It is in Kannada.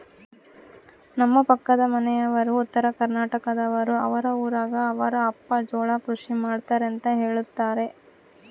ನಮ್ಮ ಪಕ್ಕದ ಮನೆಯವರು ಉತ್ತರಕರ್ನಾಟಕದವರು, ಅವರ ಊರಗ ಅವರ ಅಪ್ಪ ಜೋಳ ಕೃಷಿ ಮಾಡ್ತಾರೆಂತ ಹೇಳುತ್ತಾರೆ